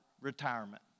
retirement